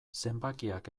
zenbakiak